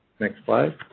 next slide.